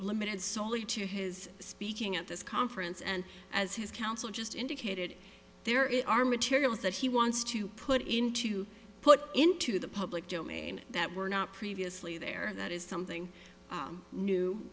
limited solely to his speaking at this conference and as his counsel just indicated there is are materials that he wants to put in to put into the public domain that were not previously there that is something